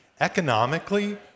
economically